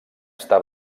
està